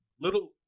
little